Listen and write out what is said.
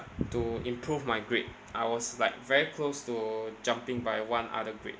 to improve my grade I was like very close to jumping by one other grade